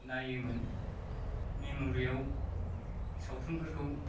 नायोमोन मेम'रियाव सावथुनफोरखौ